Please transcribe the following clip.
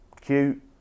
cute